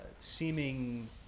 seeming